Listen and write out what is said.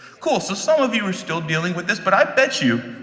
cool so some of you are still dealing with this but i bet you,